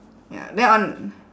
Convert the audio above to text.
ya then on